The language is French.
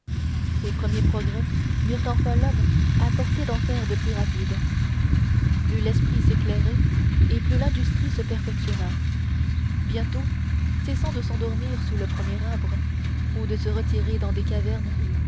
ces premiers progrès mirent enfin l'homme à portée d'en faire de plus rapides plus l'esprit s'éclairait et plus l'industrie se perfectionna bientôt cessant de s'endormir sous le premier arbre ou de se retirer dans des cavernes